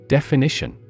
Definition